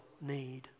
need